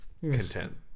content